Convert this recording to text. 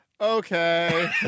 Okay